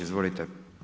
Izvolite!